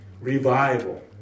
revival